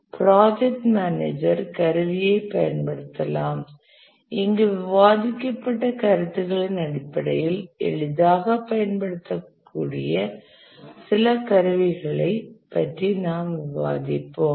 project manager கருவியைப் பயன்படுத்தலாம் இங்கு விவாதிக்கப்பட்ட கருத்துகளின் அடிப்படையில் எளிதாகப் பயன்படுத்தக்கூடிய சில கருவிகளைப் பற்றி நாம் விவாதிப்போம்